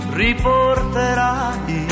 riporterai